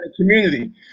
community